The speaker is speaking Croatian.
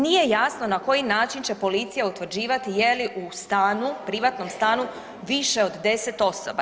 Nije jasno na koji način će policija utvrđivati je li u stanu, privatnom stanu više od 10 osoba.